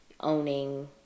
owning